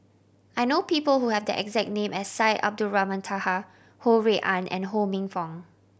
I know people who have the exact name as Syed Abdulrahman Taha Ho Rui An and Ho Minfong